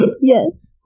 Yes